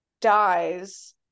dies